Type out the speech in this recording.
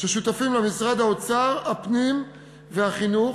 ששותפים לה משרדי האוצר, הפנים והחינוך,